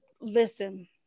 listen